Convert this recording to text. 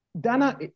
Dana